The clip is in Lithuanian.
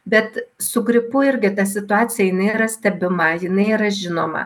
bet su gripu irgi ta situacija jinai yra stebima jinai yra žinoma